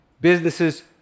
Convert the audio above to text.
businesses